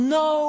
no